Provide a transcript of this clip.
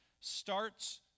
starts